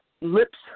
lips